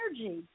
energy